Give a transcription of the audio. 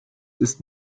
ist